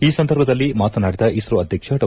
ಈ ಸಂದರ್ಭದಲ್ಲಿ ಮಾತನಾಡಿದ ಇಸ್ತೋ ಆದ್ರಕ್ಷ ಡಾ